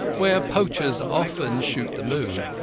where poachers often shoot the moon.